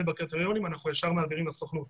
בקריטריונים אנחנו ישר מעבירים לסוכנות,